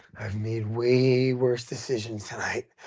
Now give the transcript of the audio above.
i've made way worse decisions tonight.